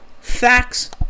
facts